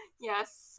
Yes